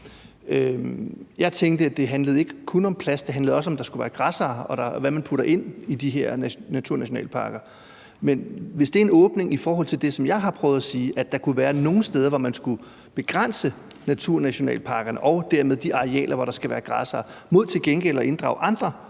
Jeg tænkte, at det ikke kun handlede om plads, men også handlede om, at der skulle være græssere, og om, hvad man putter ind i de her naturnationalparker. Men det kan være, at det er en åbning i forhold til det, som jeg har prøvet at sige: at der kunne være nogle steder, hvor man skulle begrænse naturnationalparkerne og dermed de arealer, hvor der skal være græssere, mod til gengæld at inddrage andre